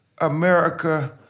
America